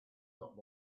not